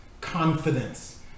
confidence